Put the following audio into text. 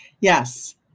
Yes